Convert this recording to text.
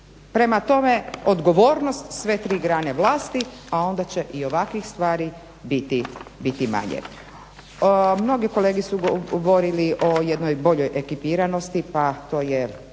Prema tome, odgovornost sve tri grane vlasti, a onda će i ovakvih stvari biti manje. Mnogi kolege su govorili o jednoj boljoj ekipiranosti, pa to i